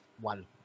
One